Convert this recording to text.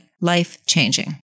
life-changing